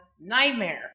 Nightmare